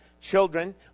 children